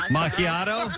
Macchiato